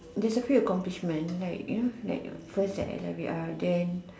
there's a few accomplishment like you know like first that I love it ah then